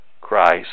Christ